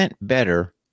better